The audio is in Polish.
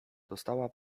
dostała